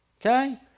Okay